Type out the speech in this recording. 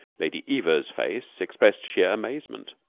lady eva's face expressed sheer amazement.